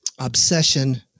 obsession